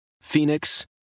Phoenix